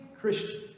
Christian